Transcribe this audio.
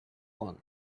want